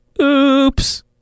Oops